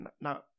Now